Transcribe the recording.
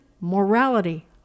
morality